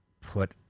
put